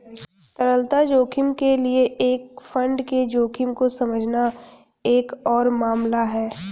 तरलता जोखिम के लिए एक फंड के जोखिम को समझना एक और मामला है